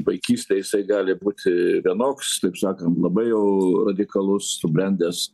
vaikystėj jisai gali būti vienoks taip sakant labai jau radikalus subrendęs